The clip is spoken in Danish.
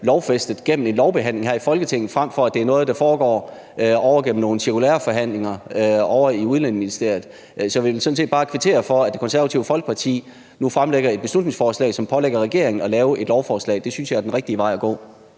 lovfæstede gennem en lovbehandling her i Folketinget, frem for at det er noget, der foregår under nogle cirkulæreforhandlinger ovre i Udlændingeministeriet. Så jeg vil sådan set bare kvittere for, at Det Konservative Folkeparti nu fremsætter et beslutningsforslag, som pålægger regeringen at lave et lovforslag. Det synes jeg er den rigtige vej at gå.